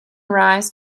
rise